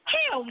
Hell